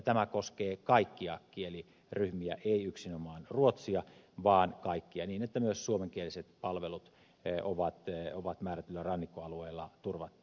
tämä koskee kaikkia kieliryhmiä ei yksinomaan ruotsia vaan kaikkia niin että myös suomenkieliset palvelut ovat määrätyillä rannikkoalueilla turvattu